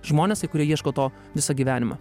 žmonės kai kurie ieško to visą gyvenimą